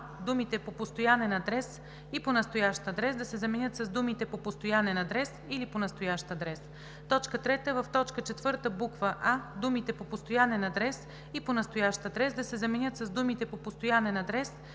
думите „по постоянен адрес и по настоящ адрес“ да се заменят с думите „по постоянен адрес или по настоящ адрес“. 4. В т. 5, буква „а“ думите „по постоянен адрес и по настоящ адрес“ да се заменят с думите „по постоянен адрес